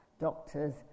doctors